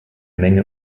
menge